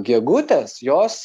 gegutės jos